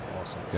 Awesome